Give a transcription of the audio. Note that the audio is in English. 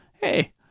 hey